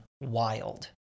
wild